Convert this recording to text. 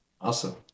Awesome